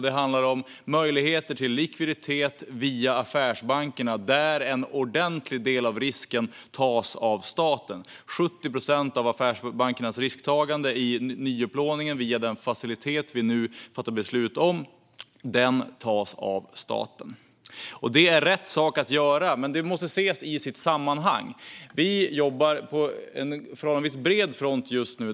Det handlar om möjligheter till likviditet via affärsbankerna, där en ordentlig del av risken tas av staten. 70 procent av affärsbankernas risktagande i nyupplåningen via den facilitet som vi nu ska fatta beslut om tas av staten. Det är rätt sak att göra, men det måste ses i sitt sammanhang. Vi jobbar på förhållandevis bred front just nu.